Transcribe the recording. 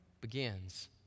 begins